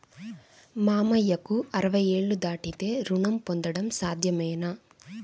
మామయ్యకు అరవై ఏళ్లు దాటితే రుణం పొందడం సాధ్యమేనా?